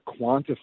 quantify